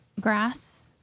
grass